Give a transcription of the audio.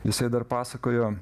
jisai dar pasakojo